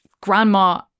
grandma